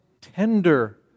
tender